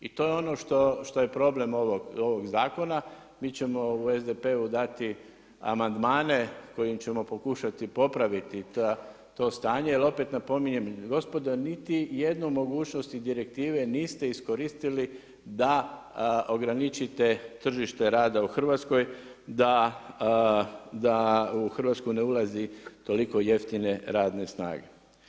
I to je ono što je problem ovog zakona, mi ćemo u SDP-u dati amandmane kojim ćemo pokušati popraviti to stanje jer opet napominjem gospodo, niti jednu mogućnost i direktive niste iskoristili da ograničite tržište rada u Hrvatskoj, da u Hrvatsku ne ulazi toliko jeftine radne snage.